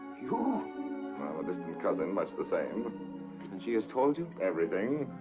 you? well, a distant cousin. much the same. then she has told you? everything.